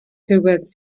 diwedd